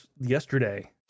yesterday